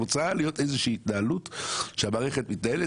צריכה להיות איזושהי התנהלות שהמערכת מתנהלת